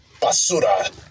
Basura